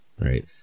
right